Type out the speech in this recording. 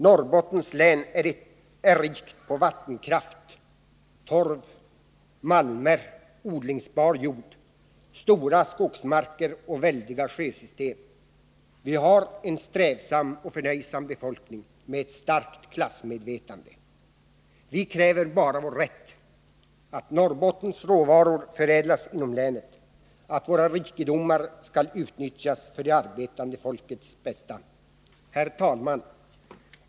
Norrbottens län är rikt på vattenkraft, torv, malmer, odlingsbar jord, stora skogsmarker och väldiga sjösystem. Vi har en strävsam och förnöjsam befolkning med ett starkt klassmedvetande. Vi kräver bara vår rätt: att Norrbottens råvaror förädlas inom länet, att våra rikedomar skall utnyttjas för det arbetande folkets bästa. Herr talman!